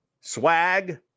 Swag